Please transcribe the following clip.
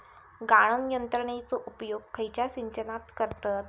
गाळण यंत्रनेचो उपयोग खयच्या सिंचनात करतत?